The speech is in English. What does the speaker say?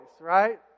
right